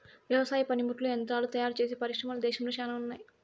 వ్యవసాయ పనిముట్లు యంత్రాలు తయారుచేసే పరిశ్రమలు దేశంలో శ్యానా ఉన్నాయి